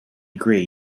agree